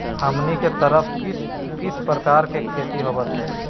हमनी के तरफ किस किस प्रकार के खेती होवत है?